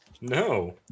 No